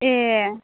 ए